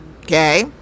Okay